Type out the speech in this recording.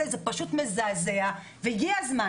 והגיע הזמן.